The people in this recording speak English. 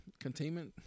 containment